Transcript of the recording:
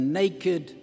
naked